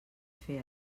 fer